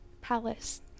palace